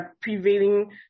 prevailing